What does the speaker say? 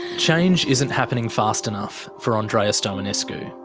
change isn't happening fast enough for andreea stoenescu.